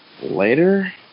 later